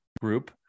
group